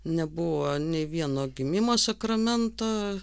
nebuvo nei vieno gimimo sakramento